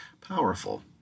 powerful